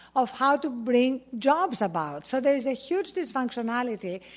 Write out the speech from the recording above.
of how to bring jobs about. so there is a huge dysfunctionality.